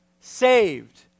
saved